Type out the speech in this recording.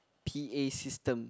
p_a system